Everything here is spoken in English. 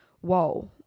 whoa